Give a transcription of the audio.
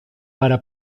para